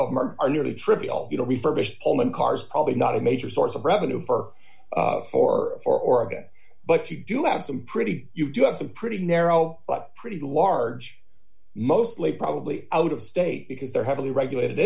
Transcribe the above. of them are a nearly trivial you know refurbished all in cars probably not a major source of revenue for four or oregon but you do have some pretty you do have some pretty narrow but pretty large mostly probably out of state because they're heavily regulated